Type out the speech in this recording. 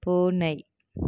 பூனை